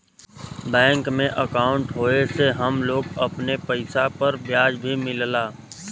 bank में अंकाउट होये से हम लोग अपने पइसा पर ब्याज भी मिलला